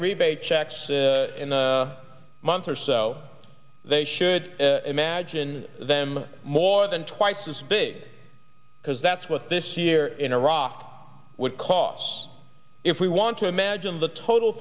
rebate checks in a month or so they should imagine them more than twice as big because that's what this year in iraq would cost if we want to imagine the total